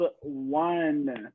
one